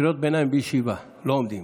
קריאות ביניים בישיבה, לא עומדים.